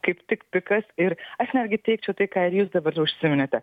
kaip tik pikas ir aš netgi teigčiau tai ką ir jūs dabar užsiminėte